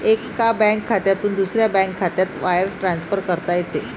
एका बँक खात्यातून दुसऱ्या बँक खात्यात वायर ट्रान्सफर करता येते